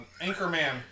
Anchorman